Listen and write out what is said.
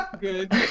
good